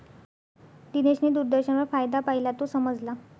दिनेशने दूरदर्शनवर फायदा पाहिला, तो समजला